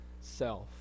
self